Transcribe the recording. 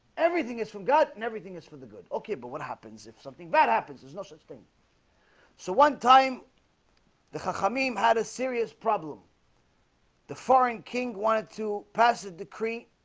everything is from god and everything is for the good. okay, but what happens if something bad happens. there's no such thing so one time the hamim had a serious problem the foreign king wanted to pass a decree